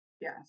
yes